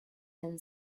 then